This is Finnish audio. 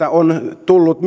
on tullut